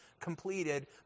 completed